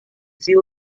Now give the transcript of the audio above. seal